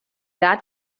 that